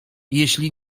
jeśli